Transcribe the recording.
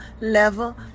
level